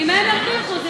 ממה הם ירוויחו?